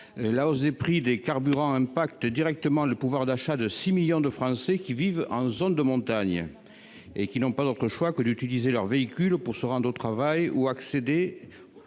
La hausse des prix du carburant affecte directement le pouvoir d'achat des 6 millions de Français vivant en zone de montagne, qui n'ont d'autre choix que d'utiliser leur véhicule pour se rendre au travail ou pour accéder